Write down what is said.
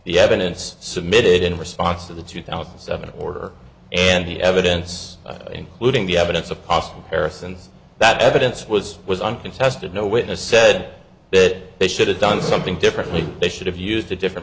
the evidence submitted in response to the two thousand and seven order and the evidence including the evidence of possible harrisons that evidence was was uncontested no witness said that they should have done something differently they should have used a different